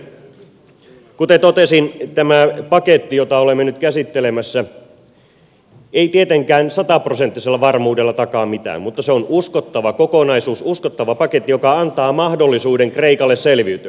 kuten totesin tämä paketti jota olemme nyt käsittelemässä ei tietenkään sataprosenttisella varmuudella takaa mitään mutta se on uskottava kokonaisuus uskottava paketti joka antaa mahdollisuuden kreikalle selviytyä